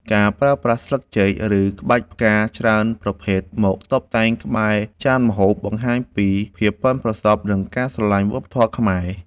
ការប្រើប្រាស់ស្លឹកចេក ឬក្បាច់ផ្កាច្រើនប្រភេទមកតុបតែងក្បែរចានម្ហូប បង្ហាញពីភាពប៉ិនប្រសប់ និងការស្រឡាញ់វប្បធម៌ខ្មែរ។